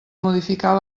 modificar